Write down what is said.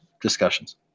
discussions